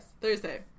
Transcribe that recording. Thursday